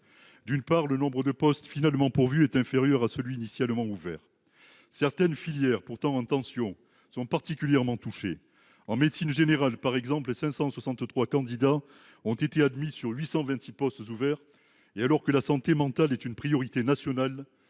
D’une part, le nombre de postes finalement pourvus est inférieur à celui qui était initialement ouvert. Certaines filières, pourtant en tension, sont particulièrement touchées : en médecine générale par exemple, 563 candidats ont été admis sur 826 postes ouverts ; et alors que la santé mentale est une priorité nationale,